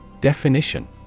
Definition